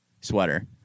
sweater